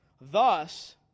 Thus